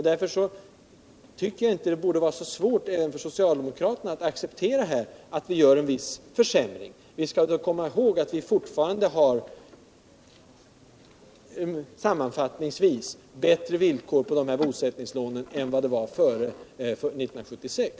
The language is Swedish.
Det borde inte heller vara svårt för socialdemokraterna att acceptera att vi här gör en viss försämring, särskilt som vi skall komma ihåg att det fortfarande sammanfattningsvis är bättre villkor för bosättningslånen än före 1976.